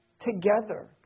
together